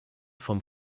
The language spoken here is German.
vom